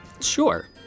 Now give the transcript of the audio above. Sure